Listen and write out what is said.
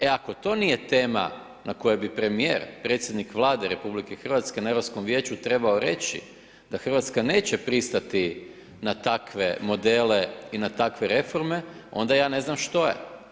E ako to nije tema na kojoj bi premijer, predsjednik Vlade RH na Europskom vijeću trebao reći da Hrvatska neće pristati na takve modele i na takve reforme, onda ja ne znam što je.